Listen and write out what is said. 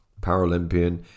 Paralympian